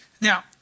Now